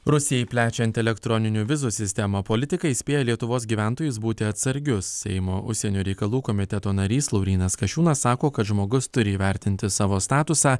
rusijai plečiant elektroninių vizų sistemą politikai įspėja lietuvos gyventojus būti atsargius seimo užsienio reikalų komiteto narys laurynas kasčiūnas sako kad žmogus turi įvertinti savo statusą